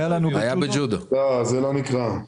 זה לא נקרא.